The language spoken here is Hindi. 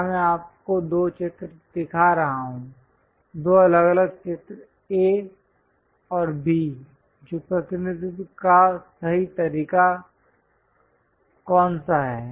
यहाँ मैं आपको दो चित्र दिखा रहा हूँ दो अलग अलग चित्र A और B जो प्रतिनिधित्व का सही तरीका कौन सा है